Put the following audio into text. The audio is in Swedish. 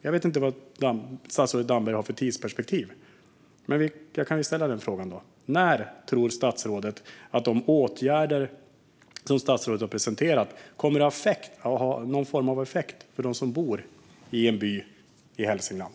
Jag vet inte vad statsrådet Damberg har för tidsperspektiv, men jag kan ju ställa frågan: När tror statsrådet att de åtgärder som statsrådet har presenterat kommer att ha någon form av effekt för dem som bor i en by i Hälsingland?